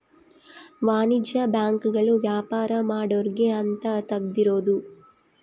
ವಾಣಿಜ್ಯ ಬ್ಯಾಂಕ್ ಗಳು ವ್ಯಾಪಾರ ಮಾಡೊರ್ಗೆ ಅಂತ ತೆಗ್ದಿರೋದು